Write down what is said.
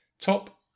Top